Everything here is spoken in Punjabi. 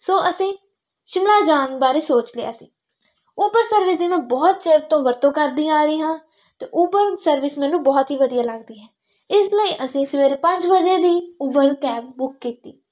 ਸੋ ਅਸੀਂ ਸ਼ਿਮਲਾ ਜਾਣ ਬਾਰੇ ਸੋਚ ਲਿਆ ਸੀ ਊਬਰ ਸਰਵਿਸ ਦੀ ਮੈਂ ਬਹੁਤ ਚਿਰ ਤੋਂ ਵਰਤੋਂ ਕਰਦੀ ਆ ਰਹੀ ਹਾਂ ਅਤੇ ਊਬਰ ਸਰਵਿਸ ਮੈਨੂੰ ਬਹੁਤ ਹੀ ਵਧੀਆ ਲੱਗਦੀ ਹੈ ਇਸ ਲਈ ਅਸੀਂ ਸਵੇਰੇ ਪੰਜ ਵਜੇ ਦੀ ਊਬਰ ਕੈਬ ਬੁੱਕ ਕੀਤੀ